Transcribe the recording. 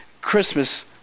Christmas